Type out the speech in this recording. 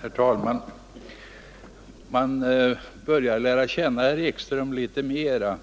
Herr talman! Man börjar lära känna herr Ekström litet mera